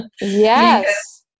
Yes